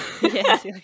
Yes